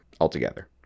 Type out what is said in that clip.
altogether